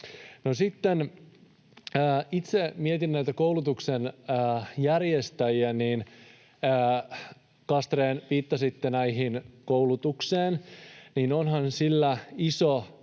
itse mietin näitä koulutuksen järjestäjiä. Castrén, kun viittasitte koulutukseen, niin onhan sillä iso